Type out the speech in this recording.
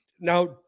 Now